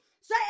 say